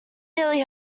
nearly